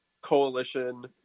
coalition